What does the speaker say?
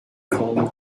calm